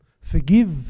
Forgive